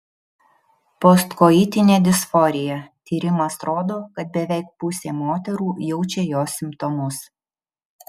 postkoitinė disforija tyrimas rodo kad beveik pusė moterų jaučia jos simptomus